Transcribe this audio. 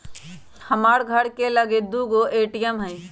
हमर घर के लगे दू गो ए.टी.एम हइ